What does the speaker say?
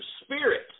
Spirit